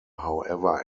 however